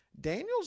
Daniel's